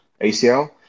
ACL